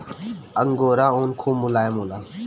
angora ऊन खूब मोलायम होला